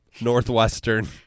Northwestern